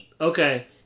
okay